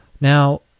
Now